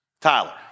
Tyler